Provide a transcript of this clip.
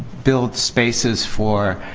build spaces for